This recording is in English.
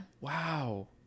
Wow